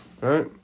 Right